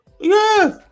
Yes